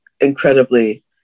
incredibly